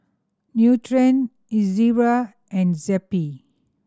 Nutren Ezerra and Zappy